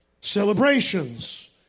celebrations